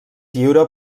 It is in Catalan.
lliure